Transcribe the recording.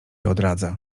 odradza